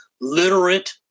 literate